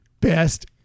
Best